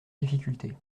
difficulté